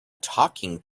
talking